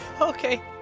okay